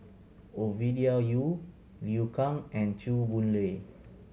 Ovidia Yu Liu Kang and Chew Boon Lay